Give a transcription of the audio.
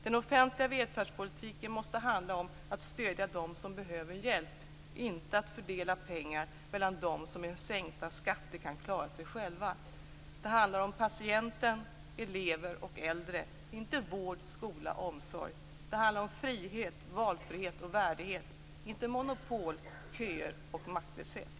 Den offentliga välfärdspolitiken måste handla om att stödja dem som behöver hjälp - inte att fördela pengar mellan dem som med sänkta skatter kan klara sig själva. Det handlar om patienter, elever och äldre - inte vård, skola och omsorg. Det handlar om frihet, valfrihet och värdighet - inte monopol, köer och maktlöshet.